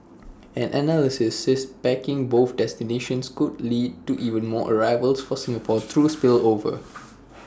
an analyst said packaging both destinations could lead to even more arrivals for Singapore through spillover